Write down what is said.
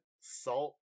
salt